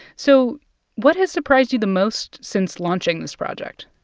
so what has surprised you the most since launching this project?